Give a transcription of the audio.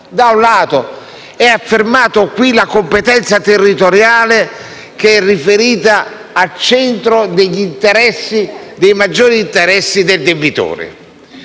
Da un lato, è affermata la competenza territoriale, che è riferita al centro dei maggiori interessi del debitore.